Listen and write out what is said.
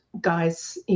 guys